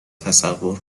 تصور